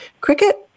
cricket